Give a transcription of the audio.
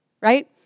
Right